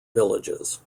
villages